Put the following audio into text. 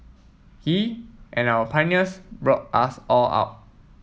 he and our pioneers brought us all up